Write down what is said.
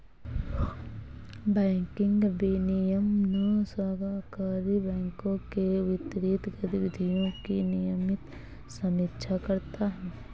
banking विनियमन सहकारी बैंकों के वित्तीय गतिविधियों की नियमित समीक्षा करता है